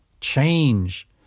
change